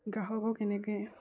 গ্ৰাহকক এনেকৈ